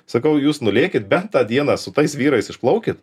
sakau jūs nulėkit bent tą dieną su tais vyrais išplaukit